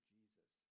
Jesus